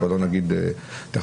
כבר לא נגיד תחנון.